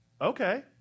okay